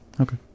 Okay